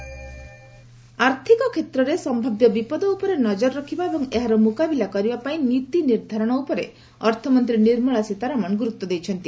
FM risk monitoring ଆର୍ଥିକ କ୍ଷେତ୍ରରେ ସମ୍ଭାବ୍ୟ ବିପଦ ଉପରେ ନଜର ରଖିବା ଏବଂ ଏହାର ମୁକାବିଲା କରିବା ପାଇଁ ନୀତି ନିର୍ଦ୍ଧାରଣ ଉପରେ ଅର୍ଥମନ୍ତ୍ରୀ ନିର୍ମଳା ସୀତାରମଣ ଗୁରୁତ୍ୱ ଦେଇଛନ୍ତି